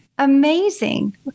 amazing